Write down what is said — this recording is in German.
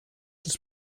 des